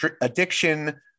addiction